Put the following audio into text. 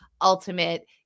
ultimate